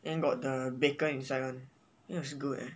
then got the bacon inside one it was good eh